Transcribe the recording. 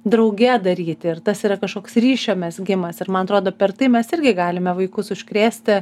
drauge daryti ir tas yra kažkoks ryšio mezgimas ir man atrodo per tai mes irgi galime vaikus užkrėsti